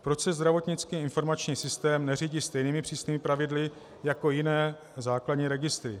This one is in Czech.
Proč se zdravotnický informační systém neřídí stejnými přísnými pravidly jako jiné základní registry?